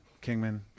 Kingman